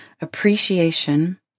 appreciation